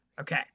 Okay